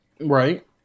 Right